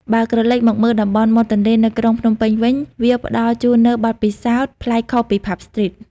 បើក្រឡេកមកមើលតំបន់មាត់ទន្លេនៅក្រុងភ្នំពេញវិញ វាផ្តល់ជូននូវបទពិសោធន៍ប្លែកខុសពី Pub Street។